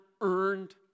earned